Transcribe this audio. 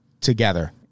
together